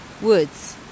woods